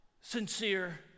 sincere